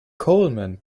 coleman